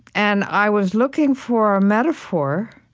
and i was looking for a metaphor